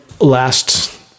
last